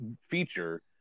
feature